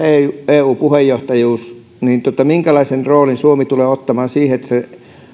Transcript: eu puheenjohtajuus että minkälaisen roolin suomi tulee ottamaan siinä että se